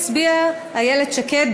הצביעה איילת שקד.